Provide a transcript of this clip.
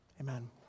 Amen